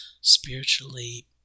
spiritually